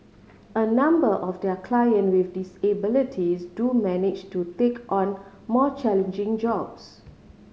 a number of their client with disabilities do manage to take on more challenging jobs